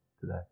today